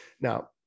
Now